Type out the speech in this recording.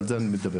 על זה אני מדבר.